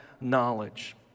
knowledge